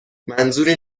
منظوری